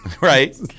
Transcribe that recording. right